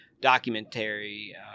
documentary